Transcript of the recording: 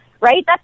right